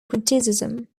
criticism